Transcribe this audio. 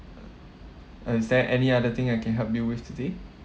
is there any other thing I can help you with today